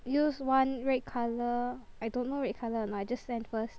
used [one] red colour I don't know red colour or not I just send first